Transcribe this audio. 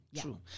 true